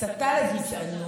הסתה לגזענות,